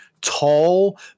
tall